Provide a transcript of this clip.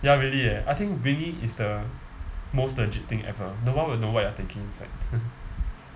ya really eh I think winging is the most legit thing ever no one will know what you are thinking inside